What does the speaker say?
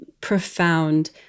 profound